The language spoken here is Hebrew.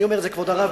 כבוד הרב,